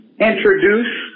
introduce